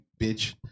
bitch